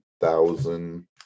thousand